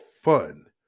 fun